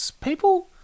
People